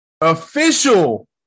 official